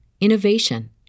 innovation